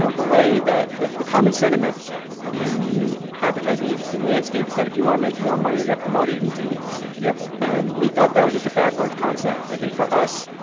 so the way that. the the common sentiment in the advertising agency landscape is that if you wanna make more money or get promoted you need to leave yeah and we thought that was just a backwards concept. i think for us,